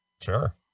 Sure